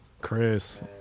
Chris